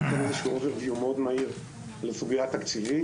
נעבור בקצרה במהירות על הסוגיה התקציבית,